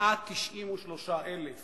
193,000